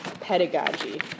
pedagogy